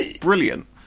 brilliant